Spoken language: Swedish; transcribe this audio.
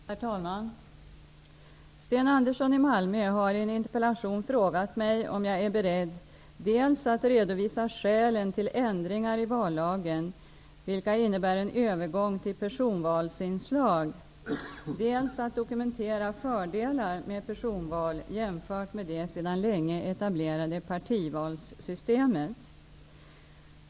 Herr talman! Sten Andersson i Malmö har i en interpellation frågat mig om jag är beredd dels att redovisa skälen till ändringar i vallagen vilka innebär en övergång till personvalsinslag, dels att dokumentera fördelar med personval jämfört med det sedan länge etablerade partivalssystemet.